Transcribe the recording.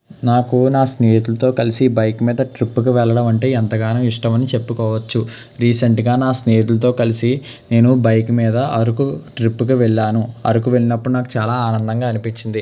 నాకు నా స్నేహితులతో కలిసి బైక్ మీద ట్రిప్పుకు వెళ్లడం అంటే ఎంతగానో ఇష్టమని చెప్పుకోవచ్చు రీసెంటుగా నా స్నేహితులతో కలిసి నేను బైకు మీద అరకు ట్రిప్పుకు వెళ్లాను అరకు వెళ్ళినప్పుడు నాకు చాలా ఆనందంగా అనిపించింది